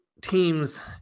teams